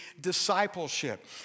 discipleship